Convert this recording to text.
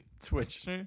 twitch